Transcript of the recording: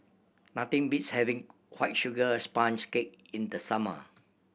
nothing beats having White Sugar Sponge Cake in the summer